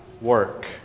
work